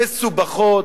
מסובכות,